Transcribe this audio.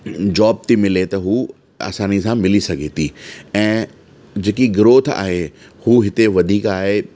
job थी मिले त हू आसानी सां मिली सघे थी ऐं जेकी ग्रोथ आहे हू हुते वधीक आहे